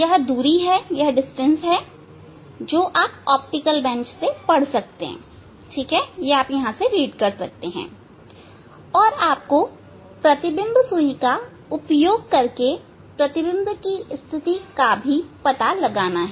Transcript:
यह दूरी है जो आप ऑप्टिकल बेंच से पढ़ सकते हैं और आपको प्रतिबिंब सुई का उपयोग करके प्रतिबिंब की स्थिति का भी पता लगाना है